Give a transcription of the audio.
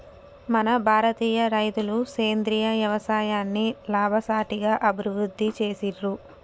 మన భారతీయ రైతులు సేంద్రీయ యవసాయాన్ని లాభసాటిగా అభివృద్ధి చేసిర్రు